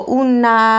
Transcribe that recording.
una